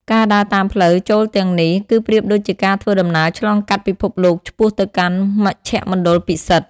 ការដើរតាមផ្លូវចូលទាំងនេះ គឺប្រៀបដូចជាការធ្វើដំណើរឆ្លងកាត់ពិភពលោកឆ្ពោះទៅកាន់មជ្ឈមណ្ឌលពិសិដ្ឋ។